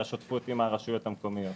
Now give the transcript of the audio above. והשותפות עם הרשויות המקומיות.